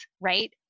right